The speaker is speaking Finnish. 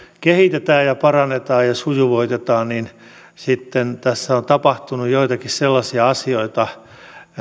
kehitetään ja parannetaan ja sujuvoitetaan niin sitten tässä on tapahtunut joitakin sellaisia asioita